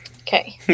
okay